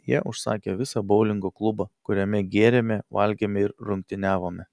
jie užsakė visą boulingo klubą kuriame gėrėme valgėme ir rungtyniavome